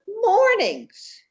mornings